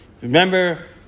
remember